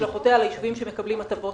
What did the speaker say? "והשלכותיה על היישובים שמקבלים הטבות